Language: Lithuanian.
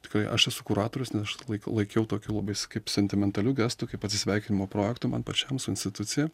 tikrai aš esu kuratorius nes aš laik laikiau tokiu labai kaip sentimentaliu gestu kaip atsisveikinimo projektu man pačiam su institucija